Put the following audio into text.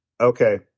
Okay